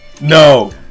no